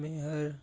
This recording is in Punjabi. ਮੇਹਰ